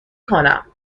کنم